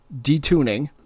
detuning